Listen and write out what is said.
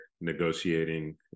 negotiating